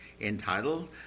entitled